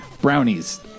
Brownies